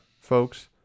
folks